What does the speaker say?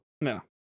No